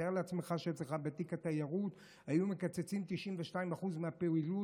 תאר לעצמך שאצלך בתיק התיירות היו מקצצים 92% מהפעילות.